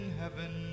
heaven